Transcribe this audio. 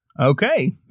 Okay